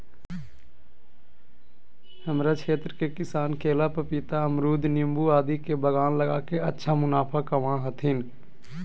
हमरा क्षेत्र के किसान केला, पपीता, अमरूद नींबू आदि के बागान लगा के अच्छा मुनाफा कमा हथीन